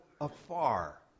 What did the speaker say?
afar